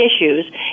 issues